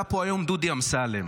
עלה פה היום דודי אמסלם